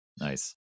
nice